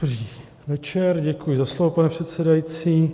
Dobrý večer, děkuji za slovo, pane předsedající.